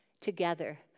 together